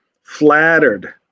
flattered